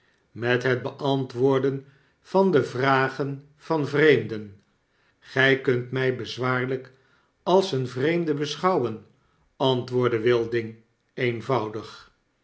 met het beantwoorden van de vragen van vreemden gy kunt my bezwaarlrjk als een vreemde beschouwen antwoordde wilding eenvoudig